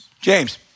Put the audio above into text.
James